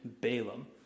Balaam